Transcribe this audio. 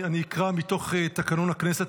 אני אקרא מתוך תקנון הכנסת,